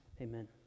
Amen